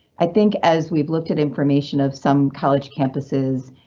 i think as we've looked at information of some college campuses,